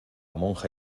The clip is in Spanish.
monja